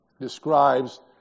describes